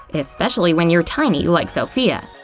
especially when you're tiny like sophia.